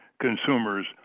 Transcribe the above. consumers